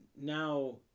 now